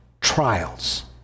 trials